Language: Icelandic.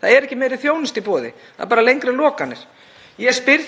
samgönguvenjum með viðeigandi hætti, t.d.